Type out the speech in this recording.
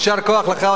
יישר כוח לך,